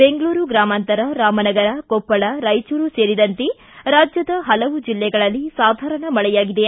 ಬೆಂಗಳೂರು ಗ್ರಾಮಾಂತರ ರಾಮನಗರ ಕೊಪ್ಪಳ ರಾಯಚೂರು ಸೇರಿದಂತೆ ರಾಜ್ಯದ ಹಲವು ಜಿಲ್ಲೆಗಳಲ್ಲಿ ಸಾಧಾರಣ ಮಳೆಯಾಗಿದೆ